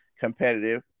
Competitive